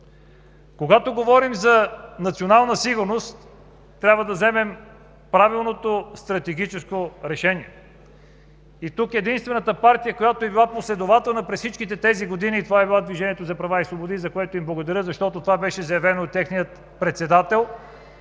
Когато говорим за национална сигурност, трябва да вземем правилното стратегическо решение. Тук единствената партия, която е била последователна през всички тези години, е „Движение за права и свободи“, за което им благодаря. Това беше заявено от техния председател.